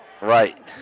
Right